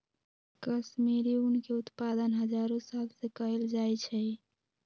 कश्मीरी ऊन के उत्पादन हजारो साल से कएल जाइ छइ